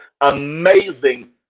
amazing